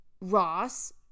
Ross